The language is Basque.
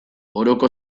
oroko